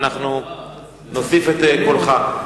אנחנו נוסיף את קולך.